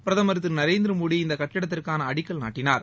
பிரதமர் திரு நரேந்திர மோடி இந்த கட்டிடத்திற்கான அடிக்கல் நாட்டினார்